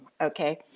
Okay